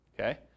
Okay